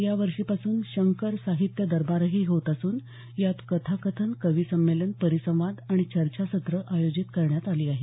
या वर्षी पासून शंकर साहित्य दरबारही होत असून यात कथा कथन कविसंमेलन परिसंवाद चर्चासत्र आयोजित करण्यात आली आहेत